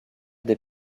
des